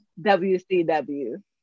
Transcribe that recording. WCW